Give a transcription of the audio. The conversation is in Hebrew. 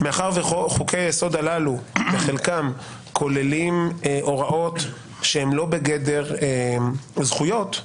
מאחר שחוקי היסוד הללו כוללים בחלקם הוראות שאינן בגדר זכויות.